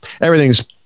everything's